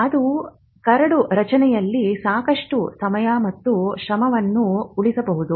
ಅದು ಕರಡು ರಚನೆಯಲ್ಲಿ ಸಾಕಷ್ಟು ಸಮಯ ಮತ್ತು ಶ್ರಮವನ್ನು ಉಳಿಸಬಹುದು